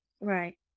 Right